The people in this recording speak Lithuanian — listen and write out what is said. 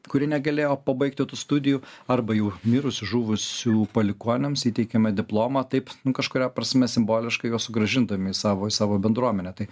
kurie negalėjo pabaigti tų studijų arba jau mirusių žuvusių palikuonims įteikiame diplomą taip kažkuria prasme simboliškai juos sugrąžindami į savo į savo bendruomenę tai